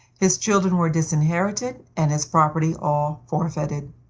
his children were disinherited, and his property all forfeited.